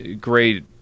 great